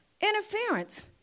Interference